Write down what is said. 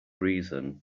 reason